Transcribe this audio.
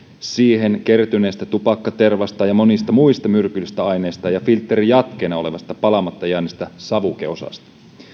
siihen kertyneestä tupakkatervasta ja monista muista myrkyllisistä aineista ja filtterin jatkeena olevasta palamatta jääneestä savukeosasta